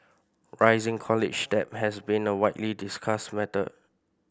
rising college debt has been a widely discussed matter